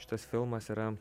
šitas filmas yra